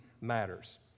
matters